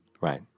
Right